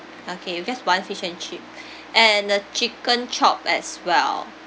okay just one fish and chip and the chicken chop as well